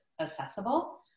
accessible